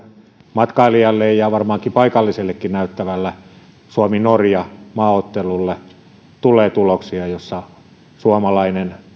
matkailijalle ja varmaankin paikallisellekin suomi norja maaottelulta näyttävälle tilanteelle tulee tuloksia joissa suomalainen